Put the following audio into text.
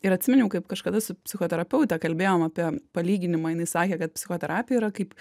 ir atsiminiau kaip kažkada su psichoterapeute kalbėjom apie palyginimą jinai sakė kad psichoterapija yra kaip